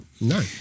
No